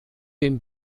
den